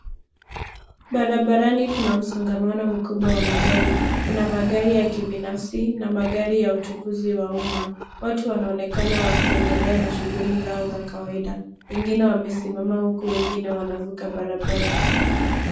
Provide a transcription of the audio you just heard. Barabarani kuna msongamano mkubwa wa magari. Kuna magari ya kibinafsi na magari ya uchukuzi wa uma. Watu wanaonekana wakiendelea na shughuli zao za kawaida. Wengine wamesimama huku wengine wanavuka barabara.